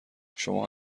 شما